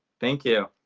thank you,